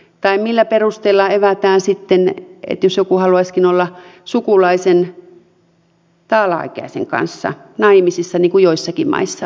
tai millä perusteella evätään sitten jos joku haluaisikin olla sukulaisen tai alaikäisen kanssa naimisissa niin kuin joissakin maissa on